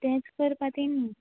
तेंच करपा तेमी